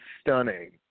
stunning